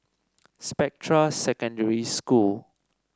Spectra Secondary School